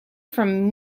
from